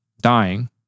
dying